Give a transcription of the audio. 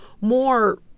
more